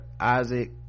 isaac